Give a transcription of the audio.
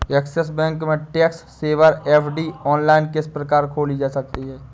Axis bank में tax saver FD online किस प्रकार खोली जा सकती है?